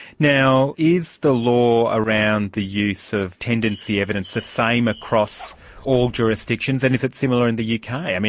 now, is the law around the use of tendency evidence the same across all jurisdictions and is it similar in the yeah uk? i mean,